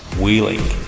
wheeling